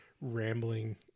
rambling